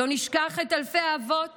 לא נשכח את אלפי האבות